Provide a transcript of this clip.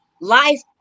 Life